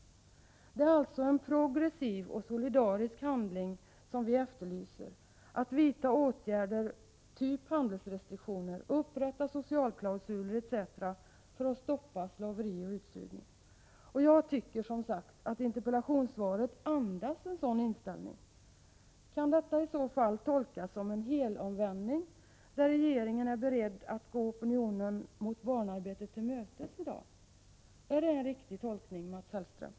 Det är alltså en progressiv och solidarisk handling som vi efterlyser, att åtgärder av typ. handelsrestriktioner vidtas, att socialklausuler upprättas etc., för att stoppa slaveri och utsugning. Jag tycker som sagt att interpellationssvaret andas en sådan inställning. Kan detta i så fall tolkas som en helomvändning och att regeringen i dag är beredd att gå opinionen mot barnarbete till mötes? Är det en riktig tolkning, Mats Hellström?